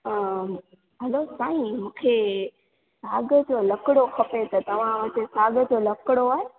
हलो साईं मूंखे साॻ जो लकिड़ो खपे त तव्हांखे साॻ जो लकिड़ो आहे